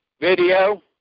video